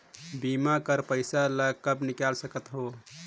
बीमा कर पइसा ला कब निकाल सकत हो?